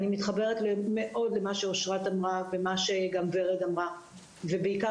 אני מתחברת מאוד למה שאושרת וורד אמרו ובעיקר